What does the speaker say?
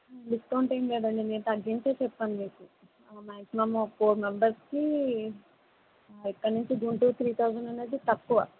discount ఏం లేదండి మేము తగ్గించే చెప్పాం మీకు ఫోర్ మెంబెర్స్కి ఇక్కడి నుంచి గుంటూరు త్రీ థౌజండ్ అనేది తక్కువ